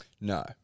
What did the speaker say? No